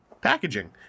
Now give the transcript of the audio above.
packaging